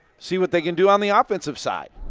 see what they can do on the offensive side.